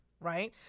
right